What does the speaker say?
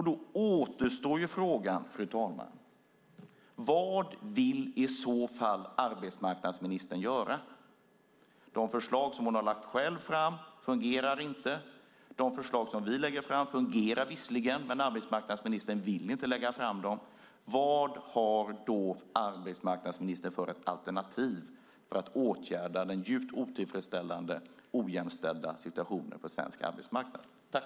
Då återstår frågan, fru talman: Vad vill i så fall arbetsmarknadsministern göra? De förslag hon själv lagt fram fungerar inte. De förslag som vi lägger fram fungerar, men arbetsmarknadsministern vill inte lägga fram dem. Vad har arbetsmarknadsministern då för alternativ för att åtgärda den djupt otillfredsställande ojämställda situationen på svensk arbetsmarknad?